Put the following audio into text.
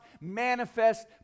manifest